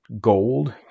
Gold